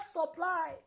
supply